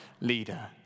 leader